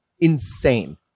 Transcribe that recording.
Insane